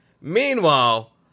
Meanwhile